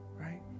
right